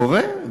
קורה.